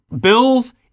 bills